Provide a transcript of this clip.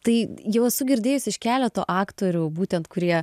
tai jau esu girdėjusi iš keleto aktorių būtent kurie